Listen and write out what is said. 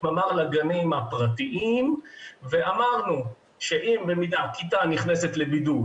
אמר על הגנים הפרטיים ואמרנו שאם כיתה נכנסת לבידוד